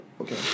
Okay